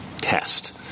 test